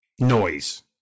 Noise